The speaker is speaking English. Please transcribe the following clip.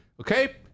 okay